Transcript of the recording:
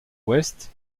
ouest